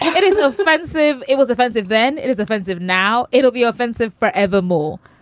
it is offensive. it was offensive then. it is offensive now. it'll be offensive forevermore